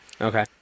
Okay